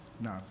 No